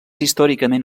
històricament